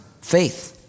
Faith